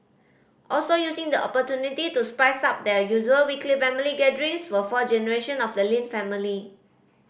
also using the opportunity to spice up their usual weekly family gatherings were four generation of the Lin family